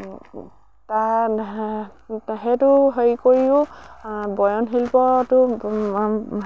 সেইটো হেৰি কৰিও বয়নশিল্পটো